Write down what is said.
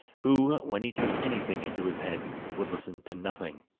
who, when he took anything into his head, would listen to nothing.